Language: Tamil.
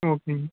ஓகேங்க